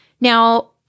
Now